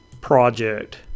project